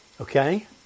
Okay